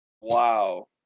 Wow